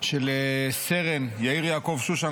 של סרן יאיר יעקב שושן,